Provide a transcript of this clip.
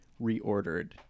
reordered